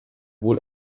wohl